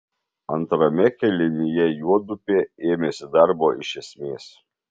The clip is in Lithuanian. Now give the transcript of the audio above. antrame kėlinyje juodupė ėmėsi darbo iš esmės